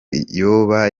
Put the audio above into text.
yoba